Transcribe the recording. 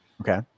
Okay